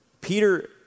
Peter